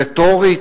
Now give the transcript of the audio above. רטורית?